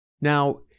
Now